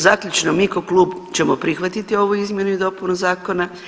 Zaključno, mi ko klub ćemo prihvatiti ovu izmjenu i dopunu zakona.